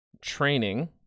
training